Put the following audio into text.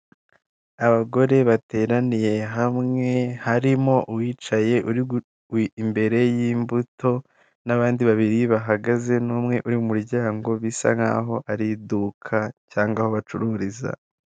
Umuntu uhagaze imbere y'imbaga y'abantu benshi, wambaye imyenda y'umukara. ufite indangururamajwi y'umukara, inyuma ye hakaba hari ikigega cy'umukara kijyamo amazi aturutse k'umureko w'inzu. N'inzu yubatse n'amatafari ahiye.